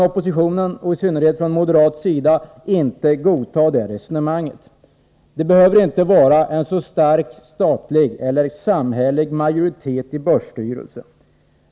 Oppositionen och i synnerhet moderaterna kan inte godta det resonemanget. Det behöver inte vara en så stark statlig eller samhällelig majoritet i börsstyrelsen.